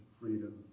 freedom